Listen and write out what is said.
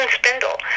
spindle